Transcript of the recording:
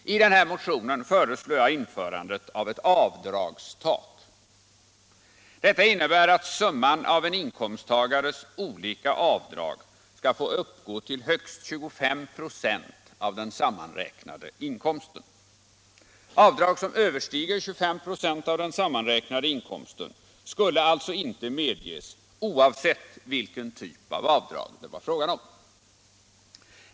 I motionen föreslår jag införandet av ett avdragstak, vilket innebär att summan av en inkomsttagares olika avdrag skall få uppgå till högst 25 96 av den sammanräknade inkomsten. Avdrag som överstiger 25 96 av den sammanräknade inkomsten skulle alltså inte medges, oavsett vilken typ av avdrag det var fråga om.